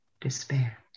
despair